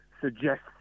suggests